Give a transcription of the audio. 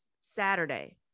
Saturday